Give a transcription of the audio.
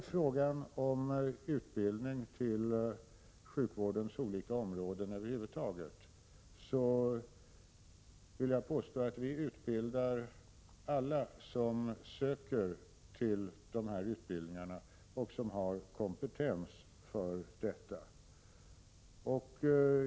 Beträffande utbildning till sjukvårdens olika områden över huvud taget vill jag påstå att vi utbildar alla som söker till dessa utbildningar och har kompetens för att genomgå dem.